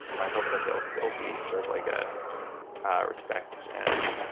i hope that there will still be sort of like a respect and